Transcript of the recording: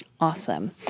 Awesome